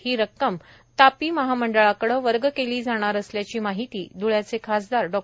ही रक्कम तापी महामंडळाकडे वर्ग केली जाणार असल्याची माहिती ध्ळ्याचे खासदार डॉ